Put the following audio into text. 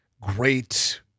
great